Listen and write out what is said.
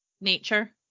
nature